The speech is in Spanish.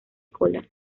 cola